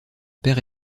père